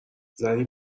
زنی